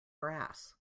brass